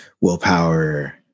Willpower